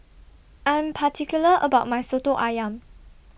I Am particular about My Soto Ayam